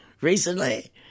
recently